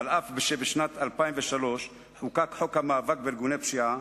ואף שבשנת 2003 חוקק חוק המאבק בארגוני פשיעה,